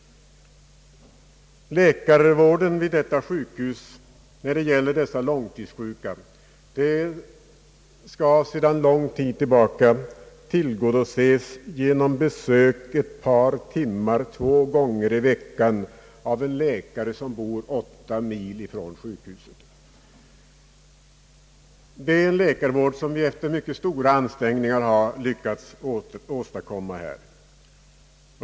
Läkarvården för dessa långtidssjuka skall sedan lång tid tillbaka tillgodoses genom besök ett par timmar två gånger i veckan av en läkare som bor åtta mil från sjukhuset. Detta är den läkarvård som vi efter mycket stora ansträngningar har lyckats åstadkomma.